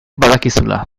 badakizula